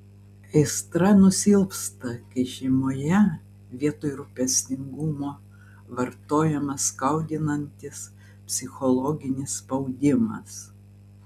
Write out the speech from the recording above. aistra nusilpsta kai šeimoje vietoj rūpestingumo vartojamas skaudinantis psichologinis spaudimas